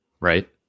Right